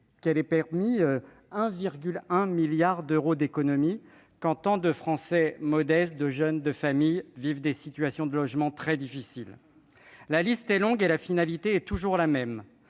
qu'elle ait permis 1,1 milliard d'euros d'économies quand tant de Français modestes, de jeunes, de familles, vivent des situations très difficiles. Si la liste est longue, la finalité est toujours la même